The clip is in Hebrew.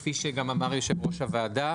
כפי שגם אמר יושב-ראש הוועדה,